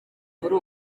muri